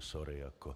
Sorry jako.